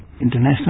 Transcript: International